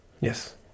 Yes